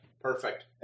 perfect